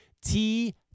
T-